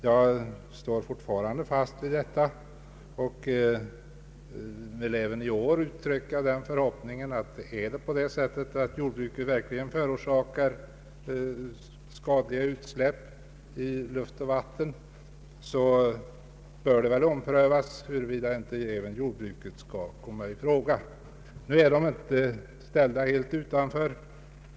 Jag står fast vid vad jag sade och vill även i år framhålla att om jordbruket verkligen förorsakar skadliga utsläpp i luft och vatten, så bör det omprövas huruvida inte också jordbruket skall komma i fråga. Nu är jordbruket inte helt ställt utanför.